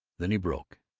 then he broke,